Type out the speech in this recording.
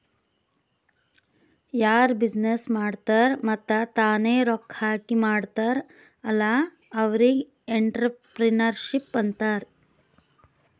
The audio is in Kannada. ಯಾರು ಬಿಸಿನ್ನೆಸ್ ಮಾಡ್ತಾರ್ ಮತ್ತ ತಾನೇ ರೊಕ್ಕಾ ಹಾಕಿ ಮಾಡ್ತಾರ್ ಅಲ್ಲಾ ಅವ್ರಿಗ್ ಎಂಟ್ರರ್ಪ್ರಿನರ್ಶಿಪ್ ಅಂತಾರ್